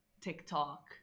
TikTok